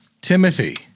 Timothy